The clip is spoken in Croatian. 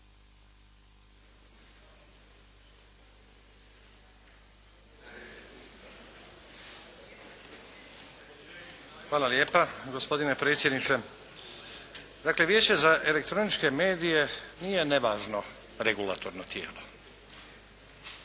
Hvala lijepa gospodine predsjedniče. Dakle Vijeće za elektroničke medije nije nevažno regulatorno tijelo.